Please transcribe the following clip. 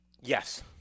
Yes